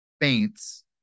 faints